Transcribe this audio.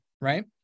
right